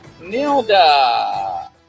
Nilda